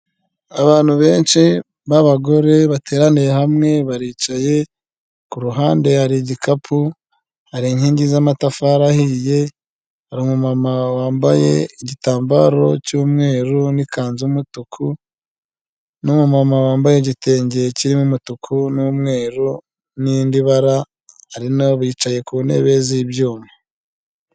Abantu benshi b'abagore, bateraniye hamwe, baricaye, ku ruhande hari igikapu, hari inkingi z'amatafari ahiye, hari umumama wambaye igitambaro cy'umweru n'ikanzu y'umutuku, n'umumama wambaye igitenge kirimo umutuku n'umweru n'irindi bara, hari n'abicaye ku ntebe z'ibyuma.